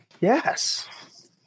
Yes